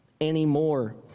anymore